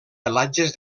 pelatges